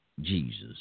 Jesus